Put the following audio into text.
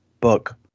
book